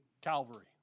Calvary